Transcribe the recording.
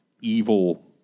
evil-